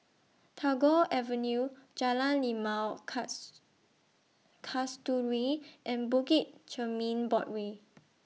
Tagore Avenue Jalan Limau Cast Kasturi and Bukit Chermin Boardwalk